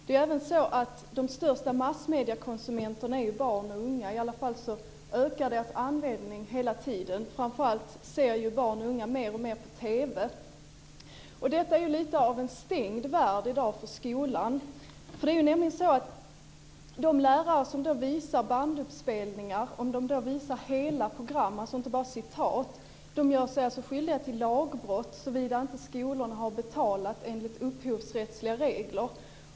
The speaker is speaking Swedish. Det är även så att barn och unga är de största massmediekonsumenterna. Deras användning ökar hela tiden. Framför allt ser barn och unga mer och mer på TV. Detta är ju lite av en stängd värld för skolan i dag. De lärare som visar banduppspelningar av hela program och inte bara citat gör sig skyldiga till lagbrott om inte skolorna har betalat enligt upphovsrättsliga regler.